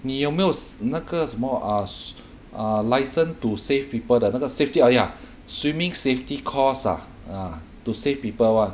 你有没有 s~ 那个什么 uh s~ uh licence to save people 的那个 safety !aiya! swimming safety course ah ah to save people [one]